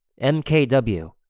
MKW